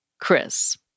Chris